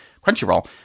Crunchyroll